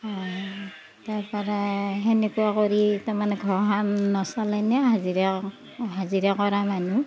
তাৰ পৰাই সেনেকুৱা কৰি তাৰমানে ঘৰখন নচলে ন হাজিৰা হাজিৰা কৰা মানুহ